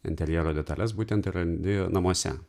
interjero detales būtent ir randi namuose